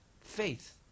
faith